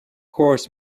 course